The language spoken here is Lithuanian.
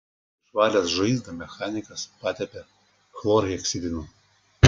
išvalęs žaizdą mechanikas patepė chlorheksidinu